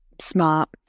Smart